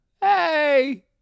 hey